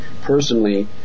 personally